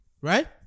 Right